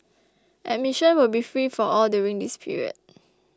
admission will be free for all during this period